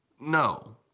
No